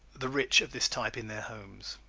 the rich of this type in their homes.